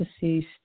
deceased